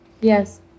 Yes